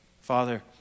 Father